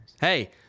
hey